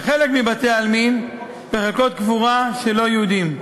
ובחלק מבתי-העלמין, בחלקות קבורה של לא-יהודים.